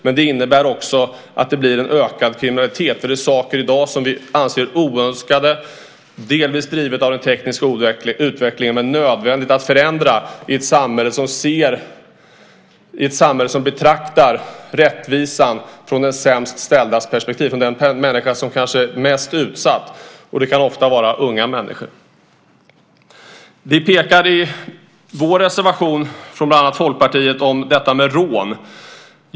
Men det innebär också att det blir en ökad kriminalitet eftersom det är saker som vi i dag anser är oönskade, som delvis har drivits fram av den tekniska utvecklingen, men nödvändiga att förändra i ett samhälle som betraktar rättvisan från den sämst ställdas perspektiv, från den människas perspektiv som kanske är mest utsatt. Det kan ofta vara unga människor. Vi pekar i en reservation från bland annat Folkpartiet på detta med rån.